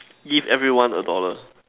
give everyone a dollar